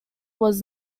was